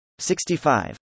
65